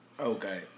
Okay